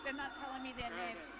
and not telling me their names.